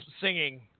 singing